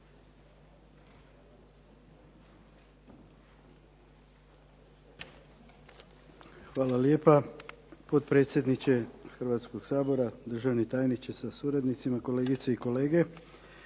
Hvala lijepa, potpredsjedniče Hrvatskoga sabora. Državni tajniče sa suradnicima, kolegice i kolege.